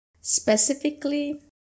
Specifically